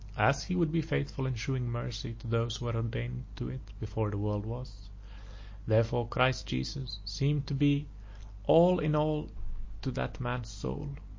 as he would be faithful in shewing mercy to those who were ordained to it before the world was therefore christ jesus seemed to be all in all to that man's soul.